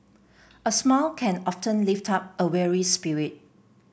a smile can often lift up a weary spirit